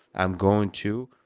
i'm going to.